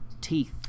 teeth